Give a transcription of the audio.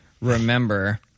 remember